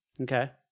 Okay